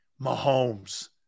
Mahomes